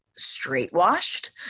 straightwashed